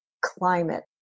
climate